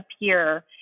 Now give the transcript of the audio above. appear